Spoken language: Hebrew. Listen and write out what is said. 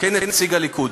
כנציג הליכוד.